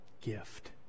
gift